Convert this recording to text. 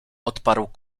odparł